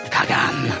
Kagan